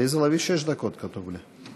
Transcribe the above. עליזה לביא, שש דקות, כתוב לי.